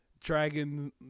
dragon